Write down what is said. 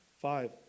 Five